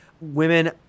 women